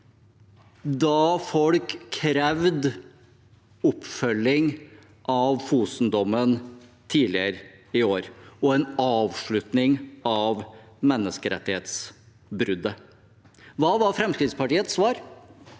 da folk krevde oppfølging av Fosen-dommen tidligere i år, og en avslutning av menneskerettighetsbruddet. Hva var Fremskrittspartiets svar?